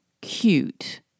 cute